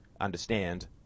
understand